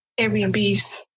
Airbnbs